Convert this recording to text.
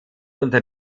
unter